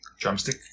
Drumstick